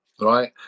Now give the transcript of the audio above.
right